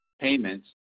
Payments